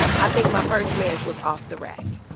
i think my first marriage was off the rack